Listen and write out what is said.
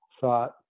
thought